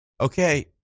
Okay